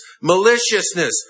maliciousness